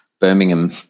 Birmingham